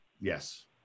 Yes